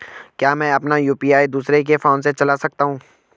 क्या मैं अपना यु.पी.आई दूसरे के फोन से चला सकता हूँ?